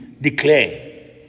Declare